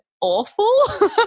Awful